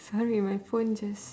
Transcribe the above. sorry my phone just